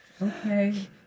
Okay